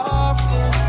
often